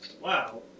wow